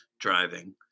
driving